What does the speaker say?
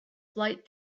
flight